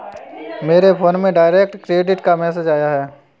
मेरे फोन में direct credit का मैसेज आया है